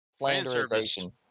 Flanderization